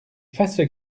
faces